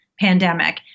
pandemic